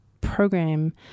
program